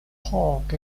park